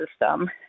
system